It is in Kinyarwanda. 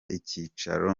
icyicaro